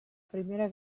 primera